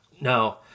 No